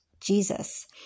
Jesus